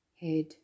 Head